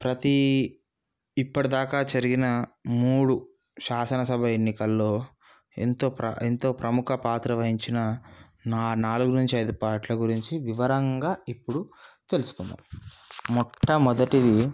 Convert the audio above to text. ప్రతీ ఇప్పటిదాక జరిగిన మూడు శాసనసభ ఎన్నికల్లో ఎంతో ప్రా ఎంతో ప్రముఖ పాత్ర వహించిన నా నాలుగు నుంచి ఐదు పార్టీలు గురించి వివరంగా ఇప్పుడు తెలుసుకుందాము మొట్టమొదటిది